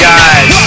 Guys